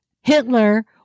hitler